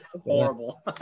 horrible